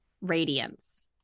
radiance